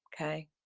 Okay